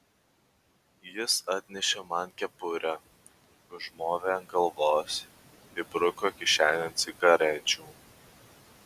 jis atnešė man kepurę užmovė ant galvos įbruko kišenėn cigarečių